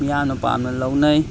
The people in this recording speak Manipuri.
ꯃꯤꯌꯥꯝꯅ ꯄꯥꯝꯅ ꯂꯧꯅꯩ